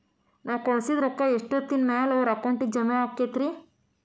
ನಾವು ಕಳಿಸಿದ್ ರೊಕ್ಕ ಎಷ್ಟೋತ್ತಿನ ಮ್ಯಾಲೆ ಅವರ ಅಕೌಂಟಗ್ ಜಮಾ ಆಕ್ಕೈತ್ರಿ?